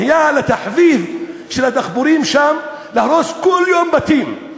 נהיה תחביב של הדחפורים שם להרוס כל יום בתים,